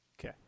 Okay